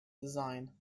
design